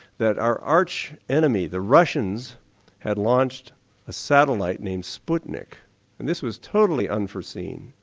that our arch enemy the russians had launched a satellite named sputnik and this was totally unforeseen.